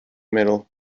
middle